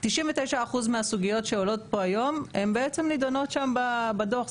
99% מהסוגיות שעולות פה הן בעצם נידונות שם בדוח.